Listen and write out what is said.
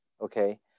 okay